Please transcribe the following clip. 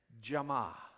jama